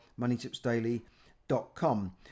moneytipsdaily.com